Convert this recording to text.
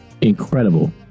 incredible